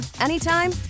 anytime